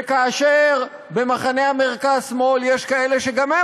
וכאשר במחנה המרכז-שמאל יש כאלה שגם הם